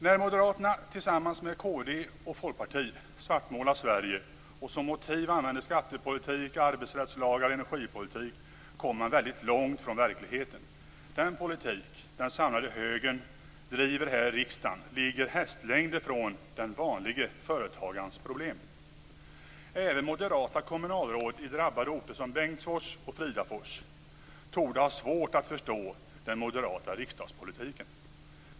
När moderaterna tillsammans med kd och Folkpartiet svartmålar Sverige och som motiv använder skattepolitik, arbetsrättslagar och energipolitik kommer man väldigt långt från verkligheten. Den politik den samlade högern driver här i riksdagen ligger hästlängder från den vanlige företagarens problem. Även moderata kommunalråd i drabbade orter som Bengtsfors och Fridafors torde ha svårt att förstå den moderata riksdagspolitiken.